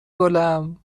گلم